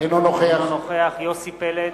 אינו נוכח יוסי פלד,